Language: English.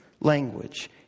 language